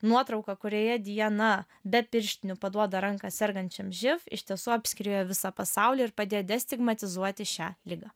nuotrauka kurioje diana be pirštinių paduoda ranką sergančiam živ iš tiesų apskriejo visą pasaulį ir padėjo destigmatizuoti šią ligą